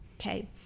Okay